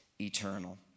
eternal